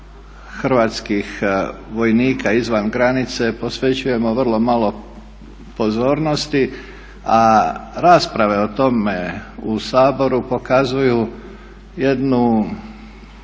hrvatskih vojnika izvan granice posvećujemo vrlo malo pozornosti, a rasprave o tome u Saboru pokazuju jednu